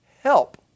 help